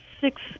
six